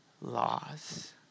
laws